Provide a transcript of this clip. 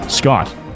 Scott